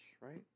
right